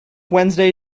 wednesday